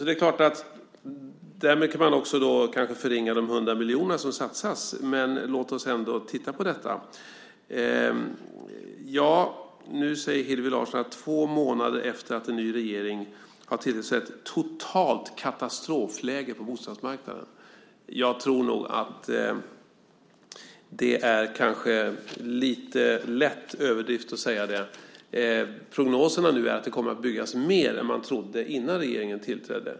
Det är klart att man därmed kanske också kan förringa de 100 miljoner som satsas, men låt oss ändå titta på detta. Nu säger Hillevi Larsson att det två månader efter att en ny regering har tillträtt är ett totalt katastrofläge på bostadsmarknaden. Jag tror nog att det är lite lätt överdrivet att säga det. Prognoserna nu är att det kommer att byggas mer än man trodde innan regeringen tillträdde.